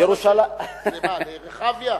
לרחביה?